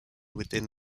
within